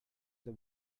the